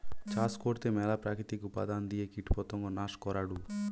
চাষ করতে ম্যালা প্রাকৃতিক উপাদান দিয়ে কীটপতঙ্গ নাশ করাঢু